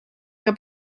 que